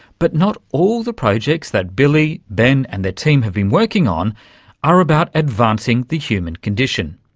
but not all the projects that billie, ben and their team have been working on are about advancing the human condition.